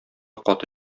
каты